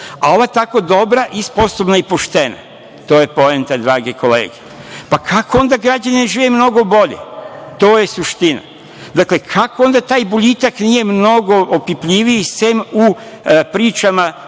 a ova tako dobra, sposobna i poštena, to je poenta drage kolege, pa kako onda građani ne žive mnogo bolje? To je suština. Dakle, kako onda taj boljitak nije mnogo opipljiviji, sem u pričama